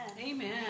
Amen